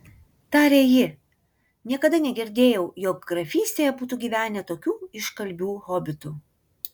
tarė ji niekada negirdėjau jog grafystėje būtų gyvenę tokių iškalbių hobitų